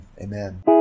amen